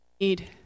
need